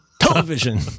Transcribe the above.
Television